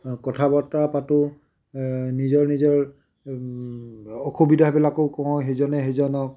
কথা বতৰা পাতোঁ নিজৰ নিজৰ অসুবিধাবিলাকো কওঁ সিজনে সিজনক